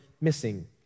missing